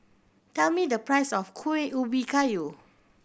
tell me the price of Kueh Ubi Kayu